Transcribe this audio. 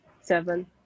Seven